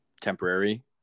temporary